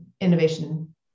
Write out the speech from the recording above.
innovation